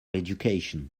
education